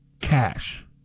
cash